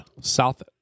South